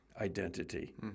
identity